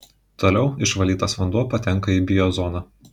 toliau išvalytas vanduo patenka į biozoną